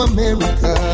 America